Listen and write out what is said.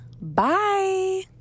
bye